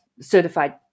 certified